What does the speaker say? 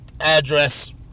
address